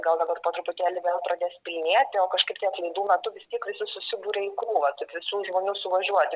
gal dabar po truputėlį vėl pradės pilnėti o kažkaip tai atlaidų metu vis tiek visi susiburia į krūvą taip visų žmonių suvažiuoti